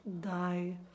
die